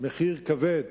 מחיר כבד